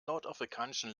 nordafrikanischen